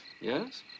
Yes